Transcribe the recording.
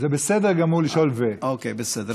זה בסדר גמור לשאול, אוקיי, בסדר.